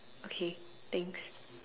okay thanks